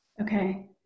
Okay